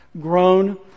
grown